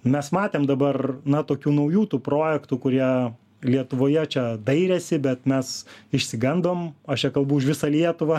mes matėm dabar na tokių naujų tų projektų kurie lietuvoje čia dairėsi bet mes išsigandom aš čia kalbu už visą lietuvą